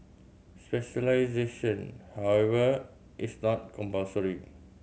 specialisation however is not compulsory